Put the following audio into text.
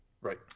Right